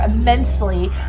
immensely